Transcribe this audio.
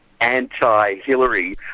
anti-Hillary